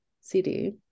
CD